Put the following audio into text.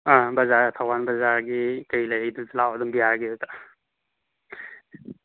ꯑꯥ ꯕꯖꯥꯔ ꯊꯧꯕꯥꯜ ꯕꯖꯥꯔꯒꯤ ꯀꯩ ꯂꯩꯔꯤꯗꯨꯗ ꯂꯥꯛꯑꯣ ꯑꯗꯨꯝ ꯕꯤ ꯑꯥꯔꯒꯤꯗꯨꯗ